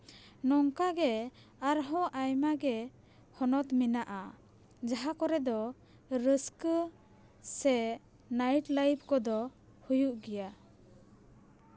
ᱱᱚᱝᱠᱟ ᱜᱮ ᱟᱨᱦᱚᱸ ᱟᱭᱢᱟ ᱜᱮ ᱦᱚᱱᱚᱛ ᱢᱮᱱᱟᱜᱼᱟ ᱡᱟᱦᱟᱸ ᱠᱚᱨᱮ ᱫᱚ ᱨᱟᱹᱥᱠᱟᱹ ᱥᱮ ᱱᱟᱭᱤᱴ ᱞᱟᱭᱤᱯᱷ ᱠᱚᱫᱚ ᱦᱩᱭᱩᱜ ᱜᱮᱭᱟ